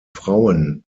frauen